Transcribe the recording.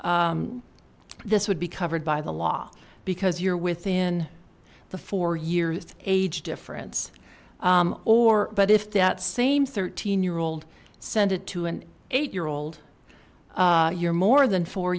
this would be covered by the law because you're within the four years of age difference or but if that same thirteen year old send it to an eight year old you're more than four